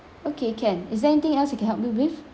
okay can is there anything else I can help you with